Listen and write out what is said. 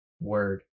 word